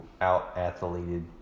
out-athleted